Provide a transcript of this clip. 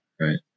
right